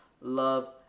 love